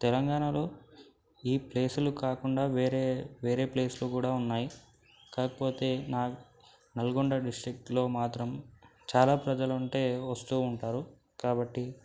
తెలంగాణలో ఈ ప్లేసులు కాకుండా వేరే వేరే ప్లేస్లు కూడా ఉన్నాయి కాకపోతే నాకు నల్గొండ డిస్ట్రిక్ట్లో మాత్రం చాలా ప్రజలు అంటే వస్తు ఉంటారు కాబట్టి